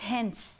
Hence